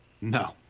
No